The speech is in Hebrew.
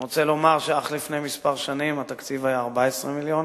אני רוצה לומר שאך לפני כמה שנים התקציב היה 14 מיליון.